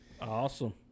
Awesome